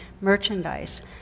merchandise